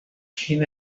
can